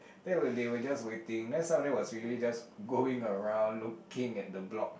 that were they were just waiting then some of them was really just going around looking at the block